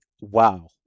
wow